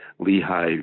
Lehigh